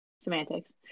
semantics